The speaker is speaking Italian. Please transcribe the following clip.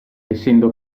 essendo